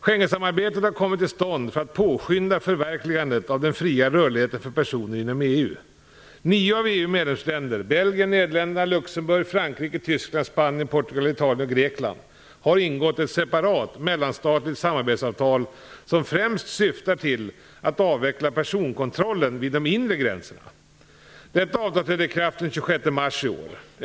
Schengensamarbetet har kommit till stånd för att påskynda förverkligandet av den fria rörligheten för personer inom EU. Nio av EU:s medlemsländer - har ingått ett separat, mellanstatligt samarbetsavtal som främst syftar till att avveckla personkontrollen vid de inre gränserna. Detta avtal trädde i kraft den 26 mars i år.